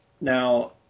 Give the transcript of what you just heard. now